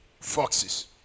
foxes